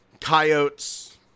coyotes